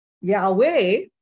Yahweh